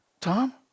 Tom